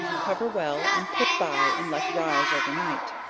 cover well and put by and let rise over night.